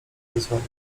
wyzwania